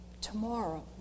tomorrow